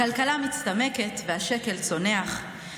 הכלכלה מצטמקת והשקל צונח,